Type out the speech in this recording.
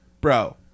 bro